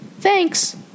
Thanks